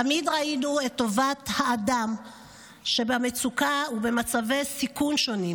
תמיד ראינו את טובת האדם שבמצוקה ובמצבי סיכון שונים,